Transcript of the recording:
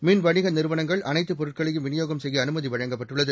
மின் வணிகநிறுவனங்கள் அனைத்துபொருட்களையும் விநியோகம் செய்யஅனுமதிவழங்கப்பட்டுள்ளது